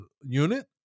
unit